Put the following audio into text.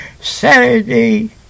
Saturday